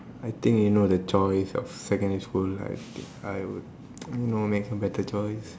I think you know the choice of secondary school like I would you know make some better choice